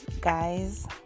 guys